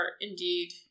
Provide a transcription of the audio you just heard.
indeed